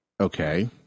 okay